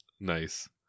Nice